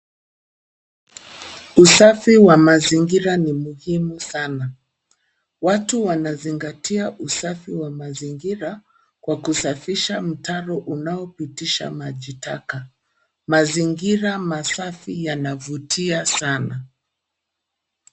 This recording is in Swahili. Usafi wa mazingira ni muhimu sana, watu wanazingatia usafi wa mazingira kwa kusafisha mtaro unaopitisha maji taka, mazingira masafi yanavutia sana.